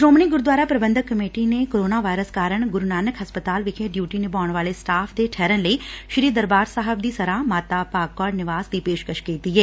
Shiromani Gurdwara Prabandhak committee ਨੇ corona virus ਕਾਰਨ ਗੁਰੂ ਨਾਨਕ ਹਸਪਡਾਲ ਵਿਖੇ ਡਿਊਟੀ ਨਿਭਾਉਣ ਵਾਲੇ ਸਟਾਫ ਦੇ ਠਹਿਰਨ ਲਈ ਸ੍ਰੀ ਦਰਬਾਰ ਸਾਹਿਬ ਦੀ ਸਰਾਂ ਮਾਤਾ ਭਾਗ ਕੌਰ ਨਿਵਾਸ ਦੀ ਪੇਸ਼ਕਸ਼ ਕੀਤੀ ਏ